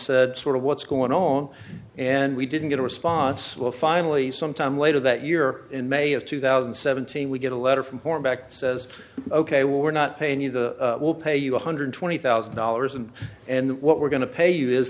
said sort of what's going on and we didn't get a response we'll finally sometime later that year in may of two thousand and seventeen we get a letter from foreign backed says ok we're not paying you the we'll pay you one hundred and twenty thousand dollars and and what we're going to pay you is